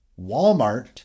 Walmart